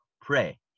pray